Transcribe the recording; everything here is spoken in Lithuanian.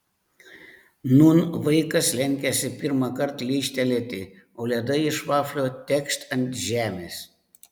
nūn vaikas lenkiasi pirmąkart lyžtelėti o ledai iš vaflio tekšt ant žemės